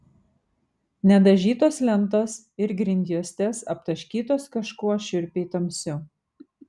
nedažytos lentos ir grindjuostės aptaškytos kažkuo šiurpiai tamsiu